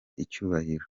icyubahiro